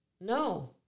No